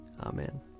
Amen